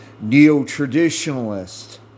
neo-traditionalist